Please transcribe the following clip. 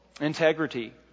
integrity